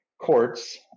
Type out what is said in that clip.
courts